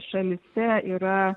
šalyse yra